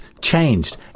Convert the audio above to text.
changed